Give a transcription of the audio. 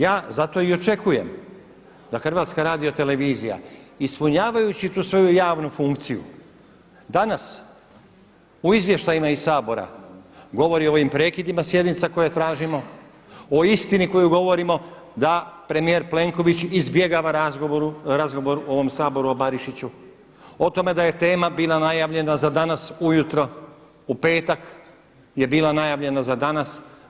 Ja zato i očekujem da HRT ispunjavajući tu svoju javnu funkciju danas u izvještajima iz Sabora govori o ovim prekidima sjednica koje tražimo, o istini koju govorimo da premijer Plenković izbjegava razgovor u ovom Saboru o Barišiću, o tome da je tema bila najavljena za danas ujutro, u petak je bila najavljena za danas.